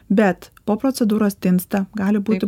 bet po procedūros tinsta gali būti